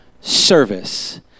service